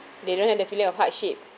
they don't have the feeling of hardship